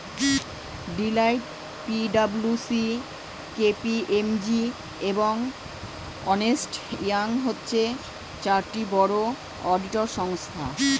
Deloitte, P W C, K P M G, এবং Ernst Young হচ্ছে চারটি বড় অডিটর সংস্থা